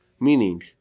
Meaning